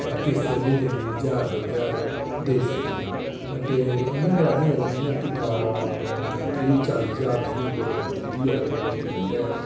किस्त म्हीने दी ज्हार दो ज्हार देई सकने आं अते इ'यां गै असें अगर किट्ठा त्रीह् चाली ज्हार जि'यां गौरमैंट दिंदी ऐ अगर बैंक दिंदा ऐ अते